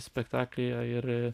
spektaklyje ir